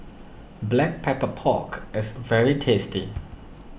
Black Pepper Pork is very tasty